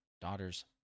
daughter's